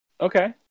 Okay